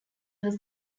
was